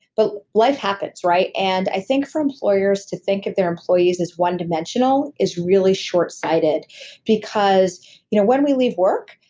but life happens, right? and i think for employers to think of their employees as one-dimensional is really shortsighted because you know when we leave work,